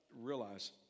realize